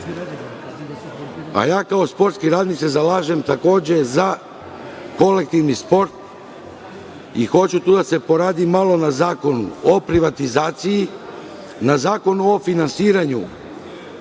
a ja kao sportski radnik se zalažem takođe za kolektivni sport, i hoću tu da se poradi malo na zakonu o privatizaciji, na zakonu o finansiranju